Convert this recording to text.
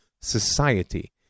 society